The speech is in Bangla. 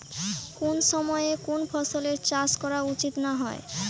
কুন সময়ে কুন ফসলের চাষ করা উচিৎ না হয়?